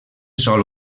sol